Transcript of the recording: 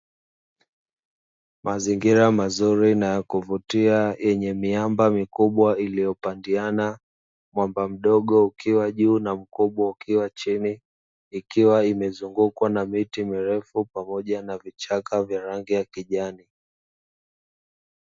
Mazingira mazuri na ya kuvutia yenye miamba mikubwa iliyopandiana, mwamba mdogo ukiwa juu na mkubwa ukiwa chini ikiwa imezungukwa na miti mirefu pamoja na vichaka vya rangi ya kijani.